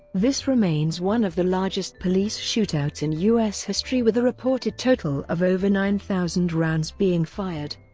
this remains one of the largest police shootouts in us history with a reported total of over nine thousand rounds being fired.